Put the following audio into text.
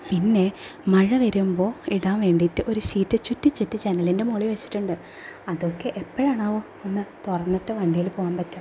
പിന്നെ മഴ വരുമ്പോൾ ഇടാൻ വേണ്ടിയിട്ട് ഒരു ഷീറ്റ് ചുറ്റി ചുറ്റി ജനലിൻ്റെ മുകളിൽ വെച്ചിട്ടുണ്ട് അതൊക്കെ എപ്പോഴാണാവോ ഒന്ന് തുറന്നിട്ട് വണ്ടിയിൽ പോകാൻ പറ്റുക